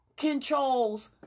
controls